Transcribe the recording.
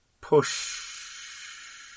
push